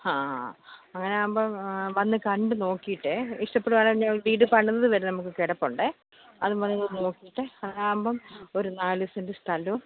അഹ് അങ്ങാനാവുമ്പം വന്ന് കണ്ട് നോക്കിയിട്ട് ഇഷ്ടപ്പെടുവാണെങ്കിൽ ഒരു വീട് പണിഞ്ഞ് വരുന്നത് നമുക്ക് കിടപ്പുണ്ട് അത് വന്ന് നോക്കിയിട്ട് അതാവുമ്പം ഒരു നാല് സെൻറ്റ് സ്ഥലവും